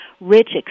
rich